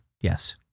yes